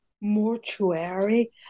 mortuary